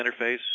interface